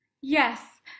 Yes